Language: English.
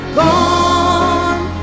gone